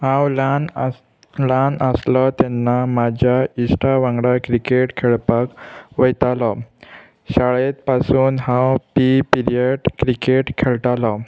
हांव ल्हान आस ल्हान आसलो तेन्ना म्हाज्या इश्टा वांगडा क्रिकेट खेळपाक वयतालो शाळेंत पासून हांव पी ई पिरियड क्रिकेट खेळटालो